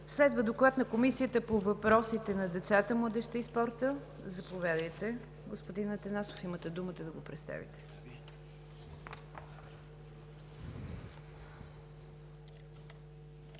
Следва Доклад от Комисията по въпросите на децата, младежта и спорта. Заповядайте, господин Атанасов, имате думата да го представите.